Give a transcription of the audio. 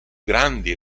grandi